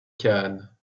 khan